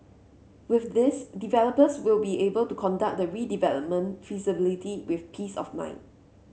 with this developers will be able to conduct the redevelopment feasibility with peace of mind